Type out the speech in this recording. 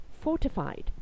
fortified